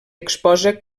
exposa